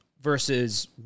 versus